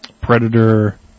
Predator